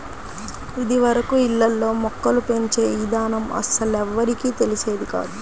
ఇదివరకు ఇళ్ళల్లో మొక్కలు పెంచే ఇదానం అస్సలెవ్వరికీ తెలిసేది కాదు